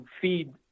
feed